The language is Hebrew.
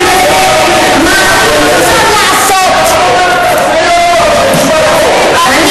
קובעת שהסבירות ששודדים ובוגדים הם